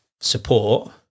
support